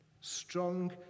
strong